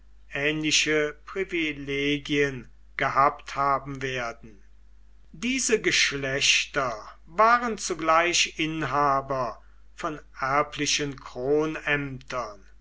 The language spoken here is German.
ähnliche privilegien gehabt haben werden diese geschlechter waren zugleich inhaber von erblichen